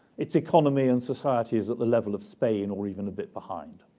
its economy and society is at the level of spain or even a bit behind.